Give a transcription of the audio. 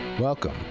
welcome